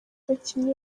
abakinnyi